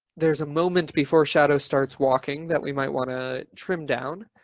there's a moment before shadow starts walking that we might want to trim down.